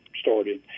started